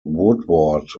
woodward